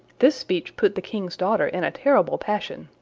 this speech put the king's daughter in a terrible passion,